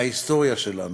מההיסטוריה שלנו.